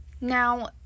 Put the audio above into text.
Now